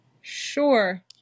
Sure